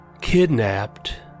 Kidnapped